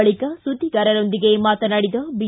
ಬಳಿಕ ಸುದ್ದಿಗಾರರೊಂದಿಗೆ ಮಾತನಾಡಿದ ಐ